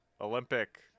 Olympic